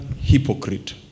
hypocrite